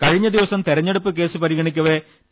കഴിഞ്ഞ ദിവസം തെരഞ്ഞെടുപ്പ് കേസ് പരിഗണി ക്കവെ പി